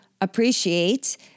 appreciate